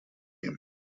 him